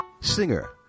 Singer